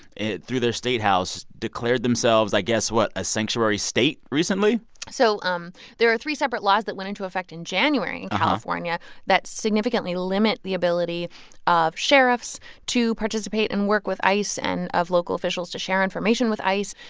through their state house, declared themselves, i guess what? a sanctuary state recently so um there are three separate laws that went into effect in january california that significantly limit the ability of sheriffs to participate and work with ice and of local officials to share information with ice.